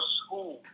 school